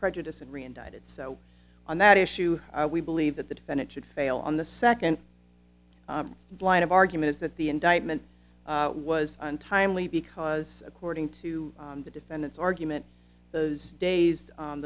prejudice and re indicted so on that issue we believe that the defendant should fail on the second blind argument is that the indictment was untimely because according to the defendant's argument those days